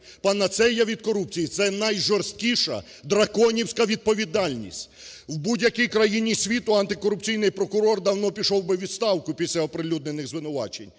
Панацея від корупції – це найжорсткіша, драконівська відповідальність. В будь-якій країні світу Антикорупційний прокурор давно би пішов у відставку після оприлюднених звинувачень,